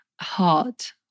heart